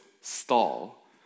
stall